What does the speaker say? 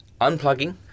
unplugging